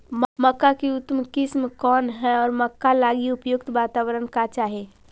मक्का की उतम किस्म कौन है और मक्का लागि उपयुक्त बाताबरण का चाही?